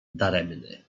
daremny